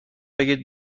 بگید